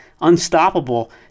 unstoppable